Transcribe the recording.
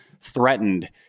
threatened